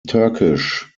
turkish